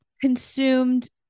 consumed